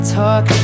talk